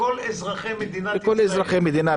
לכל אזרחי מדינת ישראל,